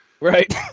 Right